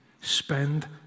spend